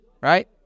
right